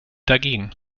dagegen